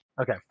Okay